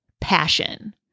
passion